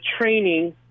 training